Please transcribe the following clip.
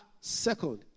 second